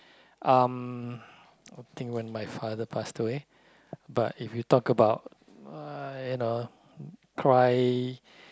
um I think when my father passed away but if you talk about uh you know cry